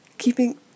Keeping